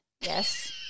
Yes